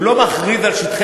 הוא לא מכריז על שטחי,